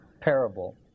parable